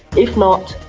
if not,